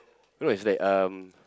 no it's like um